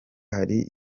hari